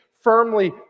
firmly